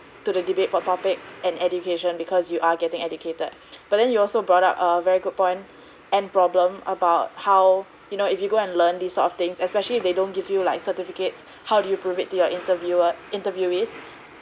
to the debate about topic an education because you are getting educated but then you also brought up a very good point and problem about how you know if you go and learn these sort of things especially if they don't give you like certificates how do you prove it to your interviewer interviewees